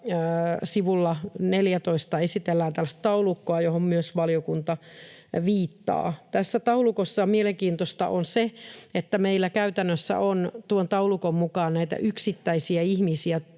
sivulla 14 esitellään tällaista taulukkoa, johon myös valiokunta viittaa. Tässä taulukossa mielenkiintoista on se, että meillä käytännössä on tuon taulukon mukaan näitä yksittäisiä ihmisiä